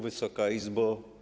Wysoka Izbo!